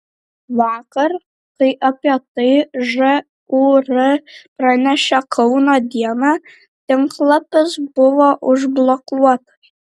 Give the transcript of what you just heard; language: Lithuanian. vakar kai apie tai žūr pranešė kauno diena tinklapis buvo užblokuotas